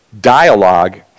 dialogue